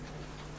מהם.